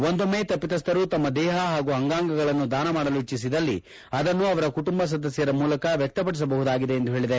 ಒಂದೊಮ್ಮೆ ತಪ್ಪಿತಸ್ಥರು ತಮ್ಮ ದೇಹ ಹಾಗೂ ಅಂಗಾಂಗಗಳನ್ನು ದಾನ ಮಾಡಲು ಇಜ್ವಿಸಿದ್ದಲ್ಲಿ ಅದನ್ನು ಅವರ ಕುಟುಂಬ ಸದಸ್ಕರ ಮೂಲಕ ವ್ಯಕ್ತಪಡಿಸಬಹುದಾಗಿದೆ ಎಂದು ಹೇಳಿದೆ